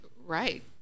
Right